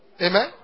Amen